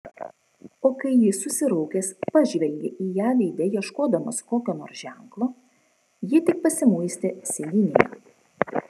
o kai jis susiraukęs pažvelgė į ją veide ieškodamas kokio nors ženklo ji tik pasimuistė sėdynėje